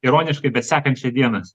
ironiškai bet sekančią dieną